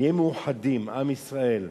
נהיה מאוחדים, עם ישראל,